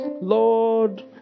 Lord